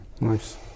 Nice